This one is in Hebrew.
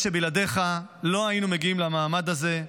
משה, בלעדיך לא היינו מגיעים למעמד הזה.